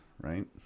Right